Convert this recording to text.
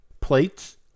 Plates